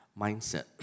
mindset